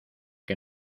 que